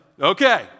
okay